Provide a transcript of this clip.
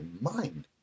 mind